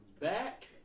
back